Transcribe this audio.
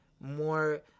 more